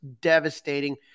devastating